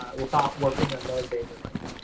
without working another day in your life?